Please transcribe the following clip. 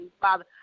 father